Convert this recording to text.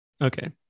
okay